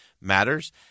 matters